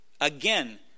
Again